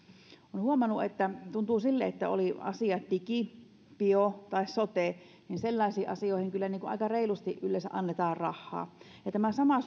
olen huomannut että tuntuu sille että oli asia digi bio tai sote niin sellaisiin asioihin kyllä aika reilusti yleensä annetaan rahaa ja tämä sama